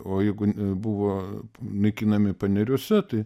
o jeigu buvo naikinami paneriuose tai